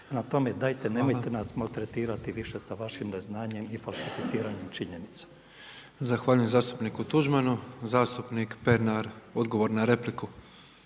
tome, dajte nemojte nas maltretirati sa vašim neznanjem i falsificiranjem činjenica. **Petrov, Božo (MOST)** Zahvaljujem zastupniku Tuđmanu. Zastupnik Pernar odgovor na repliku.